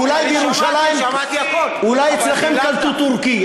אולי בירושלים, אולי אצלכם קלטו טורקי.